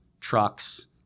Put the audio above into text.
trucks